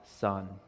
son